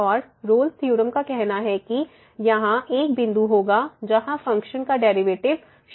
और Rolle's theorem Rolle's theorem का कहना है कि यहाँ एक बिंदु होगा जहां फंक्शन का डेरिवेटिव 0 होगा